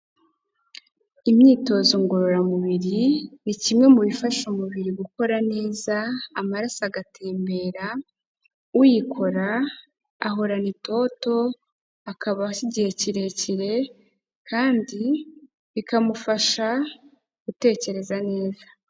Imyitozo ngororamubiri ni kimwe mu bifasha umubiri gukora neza amaraso agatembera, uyikora ahorana itoto akabaho igihe kirekire, kandi bikamufasha gutekereza neza.